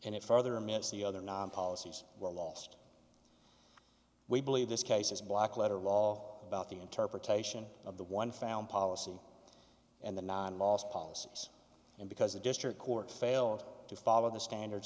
and it further emits the other non policies were lost we believe this case is black letter law about the interpretation of the one found policy and the nine last policies and because the district court failed to follow the standard